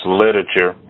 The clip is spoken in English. literature